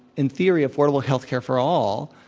in theory affordable health care for all,